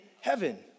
heaven